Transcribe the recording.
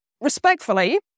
Respectfully